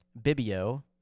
Bibio